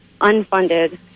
unfunded